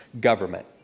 government